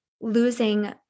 losing